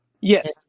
yes